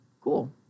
Cool